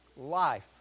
life